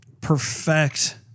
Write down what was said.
perfect